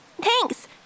Thanks